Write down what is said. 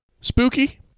Spooky